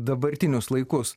dabartinius laikus